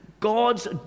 God's